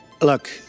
Look